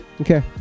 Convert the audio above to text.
okay